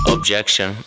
Objection